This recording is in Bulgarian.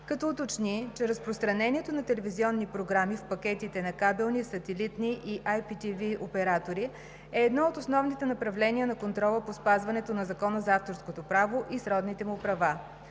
като уточни, че разпространението на телевизионни програми в пакетите на кабелни, сателитни и IPTV оператори е едно от основните направления на контрола по спазването на Закона за авторското право и сродните му права.